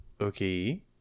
okay